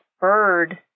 bird